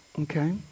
Okay